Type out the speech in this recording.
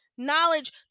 knowledge